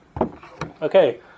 Okay